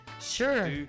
Sure